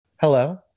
Hello